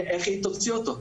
איך היא תוציא אותו?